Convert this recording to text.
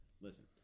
Listen